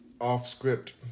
off-script